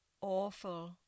awful